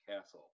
Castle